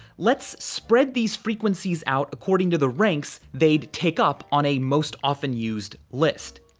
let's spread these frequencies out according to the ranks they'd take up on a most often used list.